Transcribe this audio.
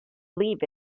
leave